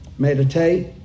Meditate